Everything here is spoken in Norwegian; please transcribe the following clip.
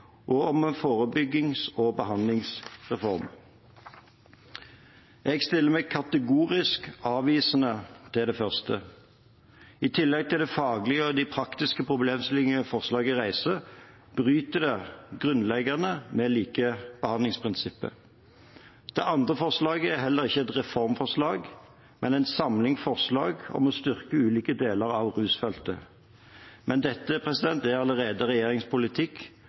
og et om en forebyggings- og behandlingsreform. Jeg stiller meg kategorisk avvisende til det første. I tillegg til de faglige og praktiske problemstillingene forslaget reiser, bryter det grunnleggende med likebehandlingsprinsippet. Det andre forslaget er heller ikke et reformforslag, men en samling forslag om å styrke ulike deler av rusfeltet. Dette er allerede regjeringens politikk